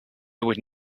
would